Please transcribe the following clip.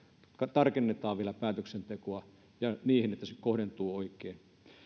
tarkennetaan vielä päätöksentekoa ja niin että se kohdentuu oikein